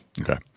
Okay